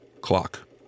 clock